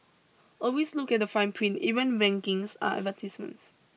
always look at the fine print even rankings are advertisements